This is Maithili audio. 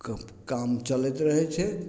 क काम चलैत रहै छै